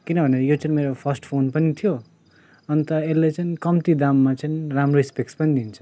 किनभने यो चाहिँ मेरो फर्स्ट फोन पनि थियो अन्त यसले चाहिँ कम्ती दाममा चाहिँ राम्रो स्पेक्स् पनि दिन्छ